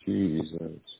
Jesus